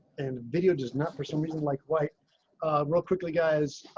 and video does not, for some reason, like white real quickly, guys.